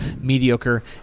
mediocre